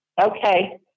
Okay